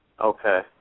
Okay